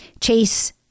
chase